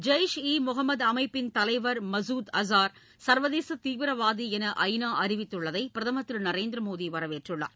ஜெய்ஷ் இ முகம்மது அமைப்பின் தலைவர் மசூத் அசார் சர்வதேச தீவிரவாதி என ஐ நா அறிவித்துள்ளதை பிரதமர் திரு நரேந்திர மோடி வரவேற்றுள்ளார்